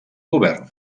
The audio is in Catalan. govern